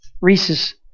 Reese's